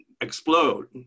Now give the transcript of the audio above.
explode